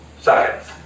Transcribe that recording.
seconds